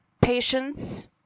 patients